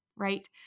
right